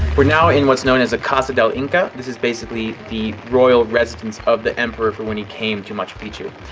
we're now in what's known as a casa del inca. this is basically the royal residence of the emperor for when he came to machu picchu.